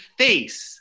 face